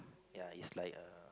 ya is like a